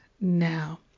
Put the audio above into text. now